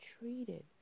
treated